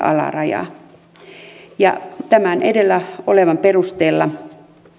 ala ja yläraja tämän edellä olevan perusteella